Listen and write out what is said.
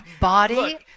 body